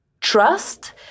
trust